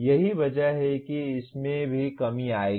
यही वजह है कि इसमें भी कमी आएगी